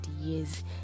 years